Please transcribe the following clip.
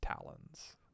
talons